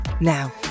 Now